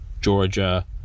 Georgia